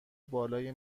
بالای